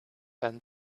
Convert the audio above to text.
and